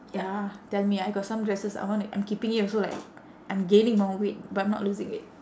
ya tell me I got some dresses I wanna I'm keeping it also like I'm gaining more weight but I'm not losing weight